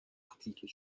article